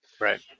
right